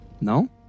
no